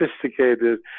sophisticated